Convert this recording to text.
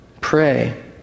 Pray